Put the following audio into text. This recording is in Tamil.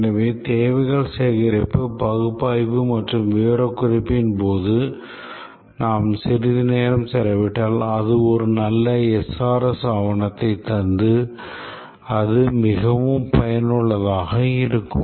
எனவே தேவைகள் சேகரிப்பு பகுப்பாய்வு மற்றும் விவரக்குறிப்பின் போது நாம் சிறிது நேரம் செலவிட்டால் அது ஒரு நல்ல SRS ஆவணத்தை தந்து அது மிகவும் பயனுள்ளதாக இருக்கும்